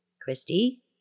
Christy